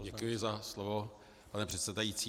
Děkuji za slovo, pane předsedající.